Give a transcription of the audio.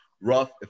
rough